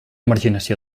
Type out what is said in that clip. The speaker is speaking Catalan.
marginació